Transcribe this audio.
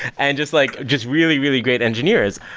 and just like just really, really great engineers.